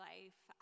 Life